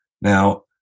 Now